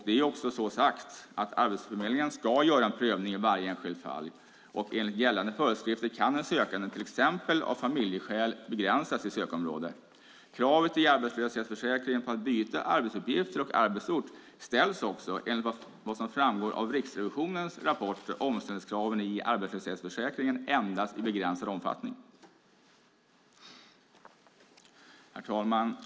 Det är också så sagt att Arbetsförmedlingen ska göra en prövning i varje enskilt fall, och enligt gällande föreskrifter kan en sökande av till exempel familjeskäl begränsa sitt sökområde. Kravet i arbetslöshetsförsäkringen på att byta arbetsuppgifter och arbetsort ställs också, enligt vad som framgår av Riksrevisionens rapport Omställningskraven i arbetslöshetsförsäkringen , endast i begränsad omfattning. Herr talman!